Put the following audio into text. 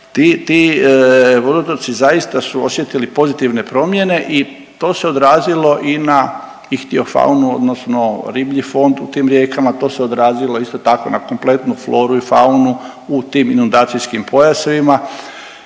ti vodotoci zaista su osjetili pozitivne promjene i to se odrazilo i na ihtiofaunu odnosno riblji fond u tim rijekama, to se odrazilo isto tako na kompletnu floru i faunu u tim inundacijskim pojasevima.